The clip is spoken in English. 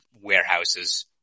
warehouses